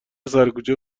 سرکوچه